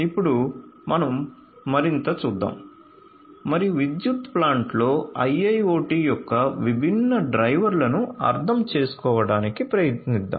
ఇప్పుడు మనం మరింత చూద్దాం మరియు విద్యుత్ ప్లాంట్లో IIoT యొక్క విభిన్న డ్రైవర్లను అర్థం చేసుకోవడానికి ప్రయత్నిద్దాం